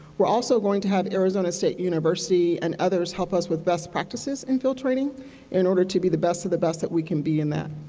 we are also going to have arizona state university and others help us with best practices in field training in order to be the best of the best that we can be in that.